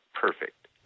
perfect